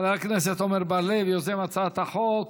חבר הכנסת עמר בר-לב, יוזם הצעת החוק,